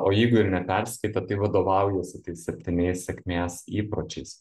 o jeigu ir neperskaitė tai vadovaujasi tais septyniais sėkmės įpročiais